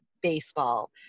baseball